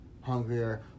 hungrier